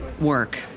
work